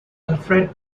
alfred